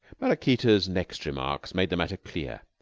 maraquita's next remarks made the matter clear.